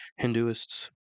Hinduists